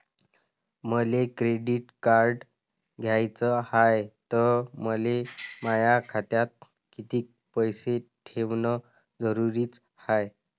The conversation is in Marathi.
मले क्रेडिट कार्ड घ्याचं हाय, त मले माया खात्यात कितीक पैसे ठेवणं जरुरीच हाय?